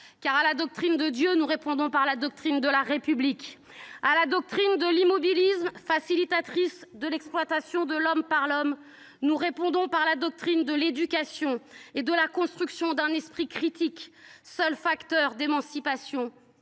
Car, à la doctrine de Dieu, nous répondons par la celle de la République ; à la doctrine de l’immobilisme, facilitatrice de l’exploitation de l’homme par l’homme, nous répondons par celle de l’éducation et de la construction d’un esprit critique, seul facteur d’émancipation